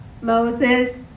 Moses